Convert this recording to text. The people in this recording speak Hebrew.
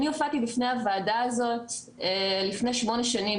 אני הופעתי בפני הוועדה הזאת לפני שמונה שנים,